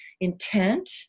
intent